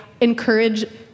encourage